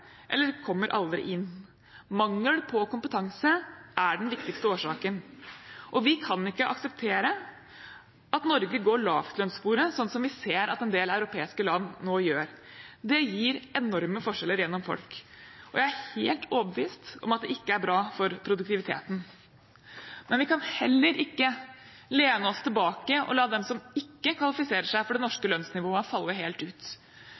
eller aldri kommer inn. Mangel på kompetanse er den viktigste årsaken, og vi kan ikke akseptere at Norge går lavtlønnssporet, som vi ser at en del europeiske land nå gjør. Det gir enorme forskjeller mellom folk, og jeg er helt overbevist om at det ikke er bra for produktiviteten. Men vi kan heller ikke lene oss tilbake og la dem som ikke kvalifiserer seg for det norske lønnsnivået, falle helt ut.